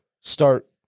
start